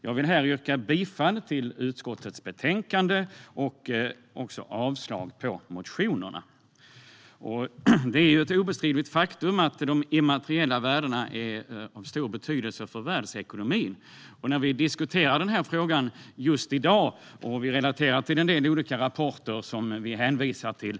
Jag vill här yrka bifall till utskottets förslag i betänkandet och avslag på motionerna. Det är ett obestridligt faktum att de immateriella värdena är av stor betydelse för världsekonomin. När vi diskuterar frågan i dag kan vi relatera en del olika rapporter som vi hänvisar till.